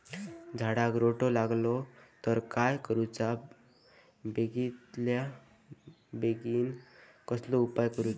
झाडाक रोटो लागलो तर काय करुचा बेगितल्या बेगीन कसलो उपाय करूचो?